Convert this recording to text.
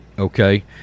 Okay